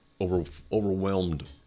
overwhelmed